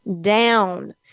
down